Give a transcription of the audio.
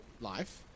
life